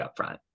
upfront